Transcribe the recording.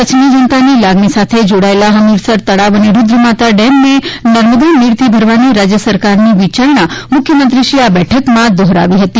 કચ્છની જનતાની લાગણી સાથે જોડાયેલા હમીરસર તળાવ અને રૂદ્રમાતા ડેમને નર્મદાનીરથી ભરવાની રાજય સરકારની વિચારણા મુખ્યમંત્રીશ્રીએ આ બેઠકમાં દોહરાવી હતી